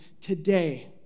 today